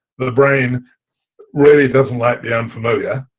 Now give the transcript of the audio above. the brain really doesn't like the unfamiliar.